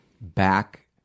back